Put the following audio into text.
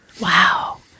wow